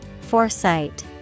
Foresight